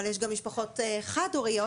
אבל יש גם משפחות חד הוריות